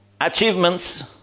achievements